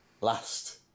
last